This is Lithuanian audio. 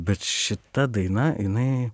bet šita daina jinai